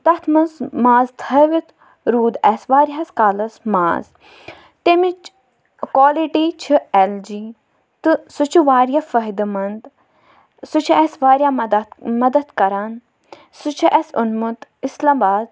تَتھ منٛز ماز تھٲوِتھ روٗد اَسہِ واریاہَس کالَس ماز تَمِچ کالِٹی چھِ اٮ۪ل جی تہٕ سُہ چھُ واریاہ فٲہِدٕ منٛد سُہ چھُ اَسہِ واریاہ مَدَتھ مَدَتھ کَران سُہ چھُ اَسہِ اوٚنمُت اِسلام آباد